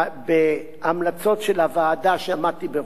המלצות של הוועדה שעמדתי בראשה,